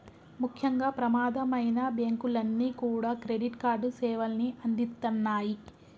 ముఖ్యంగా ప్రమాదమైనా బ్యేంకులన్నీ కూడా క్రెడిట్ కార్డు సేవల్ని అందిత్తన్నాయి